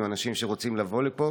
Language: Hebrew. עם אנשים שרוצים לבוא לפה,